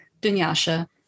Dunyasha